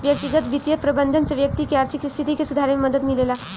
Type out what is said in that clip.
व्यक्तिगत बित्तीय प्रबंधन से व्यक्ति के आर्थिक स्थिति के सुधारे में मदद मिलेला